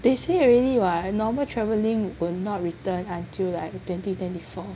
they say already [what] normal travelling will not return until like twenty twenty four